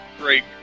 great